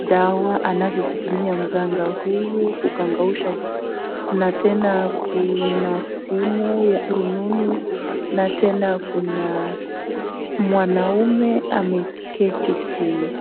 dawa anazotumia mganga huyo kugangausha, na tena kuna simu ya rununu, na tena kuna mwanaume ameketi chini.